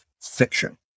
Fiction